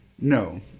No